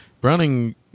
Browning